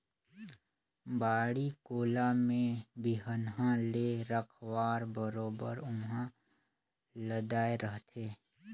बाड़ी कोला में बिहन्हा ले रखवार बरोबर उहां लदाय रहथे